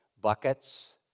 buckets